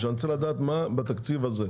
אני רוצה לדעת מה בתקציב הזה.